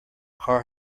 car